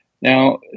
Now